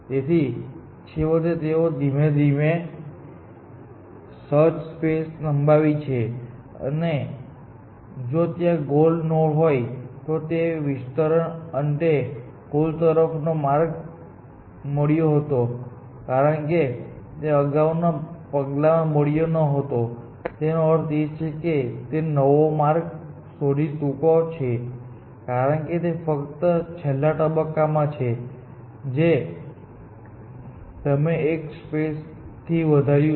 તેથી છેવટે તેઓએ ધીમે ધીમે સર્ચ સ્પેસ લંબાવી છે અને જો ત્યાં ગોલ નોડ હોય તો તે વિસ્તરણના અંતે ગોલ તરફનો માર્ગ મળ્યો હોત કારણ કે તે અગાઉના પગલામાં મળ્યો ન હતો તેનો અર્થ એ છે કે તેનો નવો માર્ગ સૌથી ટૂંકો છે કારણ કે તે ફક્ત છેલ્લા તબક્કામાં છે જે તમે એક સ્ટેપ્સ થી વધાર્યું છે